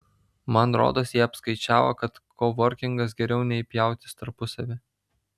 man rodos jie apskaičiavo kad kovorkingas geriau nei pjautis tarpusavy